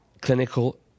clinical